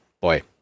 boy